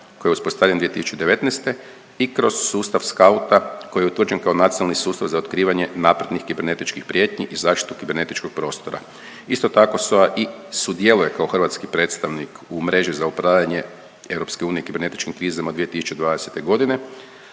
koji je uspostavljen 2019. i kroz sustav SKAUT-a koji je utvrđen kao Nacionalni sustav za otkrivanje naprednih kibernetičkih prijetnji i zaštitu kibernetičkog prostora. Isto tako SOA i sudjeluje kao hrvatski predstavnik u mreži za upravljanje EU kibernetičkim krizama 2020.g.,